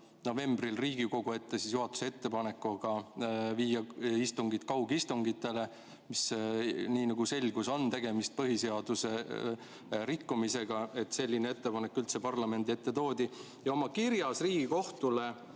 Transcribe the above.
novembril Riigikogu ette juhatuse ettepanekuga minna üle kaugistungitele. Nagu selgus, on tegemist põhiseaduse rikkumisega, et selline ettepanek üldse parlamendi ette toodi. Oma kirjas Riigikohtule,